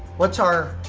what's our,